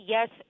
Yes